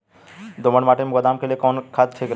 दोमट मिट्टी मे बादाम के लिए कवन खाद ठीक रही?